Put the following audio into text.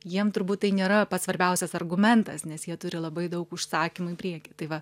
jiem turbūt tai nėra pats svarbiausias argumentas nes jie turi labai daug užsakymų į priekį tai va